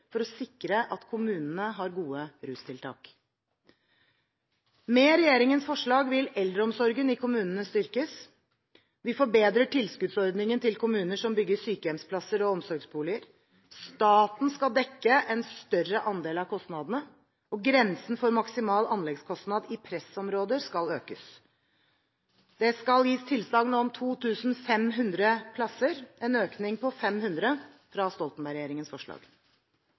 for å sikre at kommunene har gode rustiltak. Med regjeringens forslag vil eldreomsorgen i kommunene styrkes. Vi forbedrer tilskuddsordningen til kommuner som bygger sykehjemsplasser og omsorgsboliger. Staten skal dekke en større andel av kostnadene, og grensen for maksimal anleggskostnad i pressområder skal økes. Det skal gis tilsagn om 2 500 plasser, en økning på 500 fra Stoltenberg-regjeringens forslag.